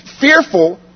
fearful